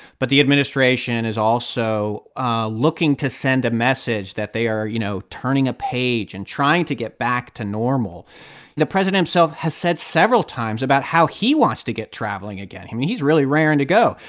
but the administration is also ah looking to send a message that they are, you know, turning a page and trying to get back to normal the president himself has said several times about how he wants to get traveling again. i mean, he's really raring to go.